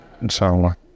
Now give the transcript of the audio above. Inshallah